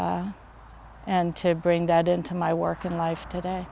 and and to bring that into my working life today